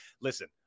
listen